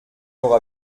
aura